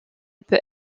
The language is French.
peut